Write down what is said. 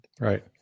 Right